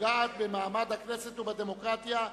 הפוגעת במעמד הכנסת ובדמוקרטיה.